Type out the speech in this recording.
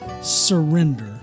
Surrender